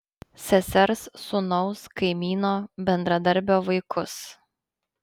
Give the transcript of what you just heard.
sesers sūnaus kaimyno bendradarbio vaikus